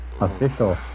Official